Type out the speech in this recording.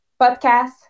podcast